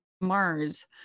mars